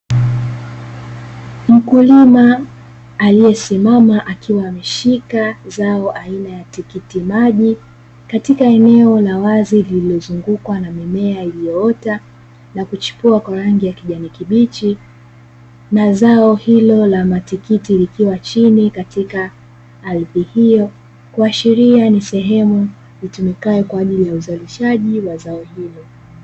Mkulima aliyesimama akiwa ameshika zao aina ya tikiti maji katika eneo la wazi lililozungukwa na mimea iliyoota na kuchipua kwa rangi ya kijani kibichi, na zao hilo la matikiti likiwa chini katika ardhi hiyo kuashiria ni sehemu itumikayo kwa ajili ya uzalishaji wa zao hilo.